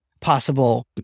possible